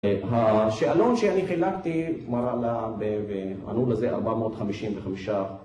השאלון שאני חילקתי מראה לה, וענו לזה 455